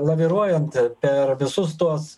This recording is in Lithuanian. laviruojant per visus tuos